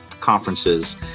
conferences